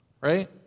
right